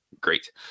great